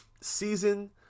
season